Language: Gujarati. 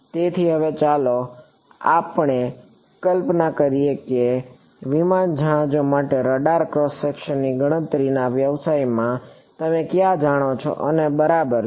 તેથી હવે ચાલો આપણે કલ્પના કરીએ કે વિમાન જહાજો માટે રડાર ક્રોસ સેકશનની ગણતરીના વ્યવસાયમાં તમે ક્યાં જાણો છો અને બરાબર છે